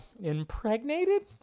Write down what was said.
impregnated